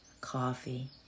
Coffee